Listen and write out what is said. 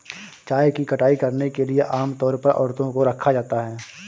चाय की कटाई करने के लिए आम तौर पर औरतों को रखा जाता है